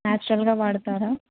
న్యాచురల్గా వాడతారా